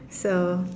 so